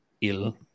ill